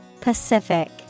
Pacific